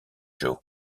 joe